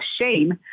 shame